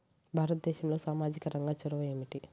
భారతదేశంలో సామాజిక రంగ చొరవ ఏమిటి?